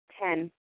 Ten